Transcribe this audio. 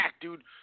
dude